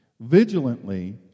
vigilantly